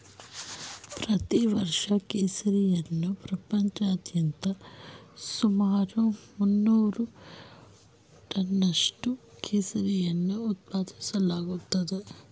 ಪ್ರತಿ ವರ್ಷ ಕೇಸರಿಯನ್ನ ಪ್ರಪಂಚಾದ್ಯಂತ ಸುಮಾರು ಮುನ್ನೂರು ಟನ್ನಷ್ಟು ಕೇಸರಿಯನ್ನು ಉತ್ಪಾದಿಸಲಾಗ್ತಿದೆ